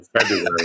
February